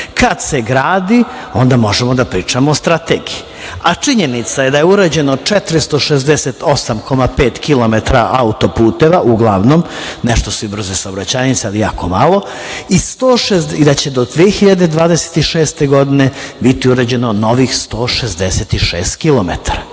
Kada se gradi, onda možemo da pričamo o strategiji a činjenica je da je urađeno 468,5 km auto puteva uglavnom, nešto su i brze saobraćajnice, ali jako malo i da će do 2026. godine biti urađeno novih 166 km.